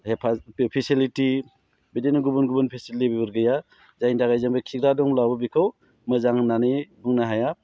facility बिदिनो गुबुन गुबुन फेसिलिटिफोर गैया जायनि थाखाय जों बे खिग्रा दंब्लाबो जों बेखौ मोजां होननानै बुंनो हाया